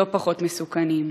לא פחות מסוכנים.